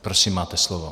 Prosím, máte slovo.